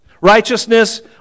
Righteousness